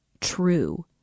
true